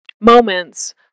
Moments